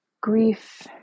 grief